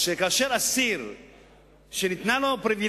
מסתבר אפוא שכאשר אסיר שניתנה לו הפריווילגיה